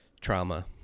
Trauma